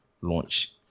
launch